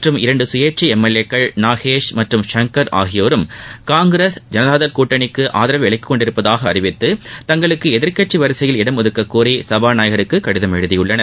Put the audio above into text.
மற்றும் இரண்டு கயேச்சை எம் எல் ஏக்கள் நாகேஷ் மற்றும் சங்கர் ஆகியோரும் காங்கிரஸ் ஜனதாதள் எஸ் கூட்டணிக்கு ஆதரவை விலக்கிக்கொண்டுள்ளதாக அறிவித்து தங்களுக்கு எதிர்க்கட்சி வரிசையில் இடம் ஒதுக்கக்கோரி சபாநாயகருக்கு கடிதம் எழுதியுள்ளார்கள்